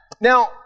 now